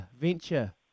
venture